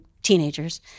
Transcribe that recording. teenagers